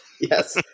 Yes